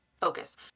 focus